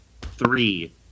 three